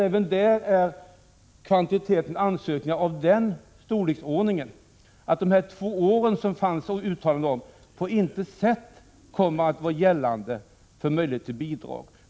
Även där är kvantiteten ansökningar av den storleksordningen att de två år som det fanns uttalanden om på intet sätt kommer att vara aktuella för möjligheten till bidrag.